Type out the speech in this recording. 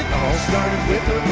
started with